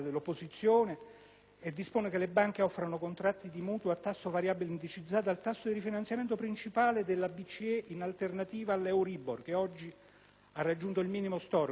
e dispone che le banche offrano contratti di mutuo a tasso variabile indicizzato al tasso di rifinanziamento principale della BCE in alternativa all'Euribor, (che oggi ha raggiunto il minimo storico del 2,15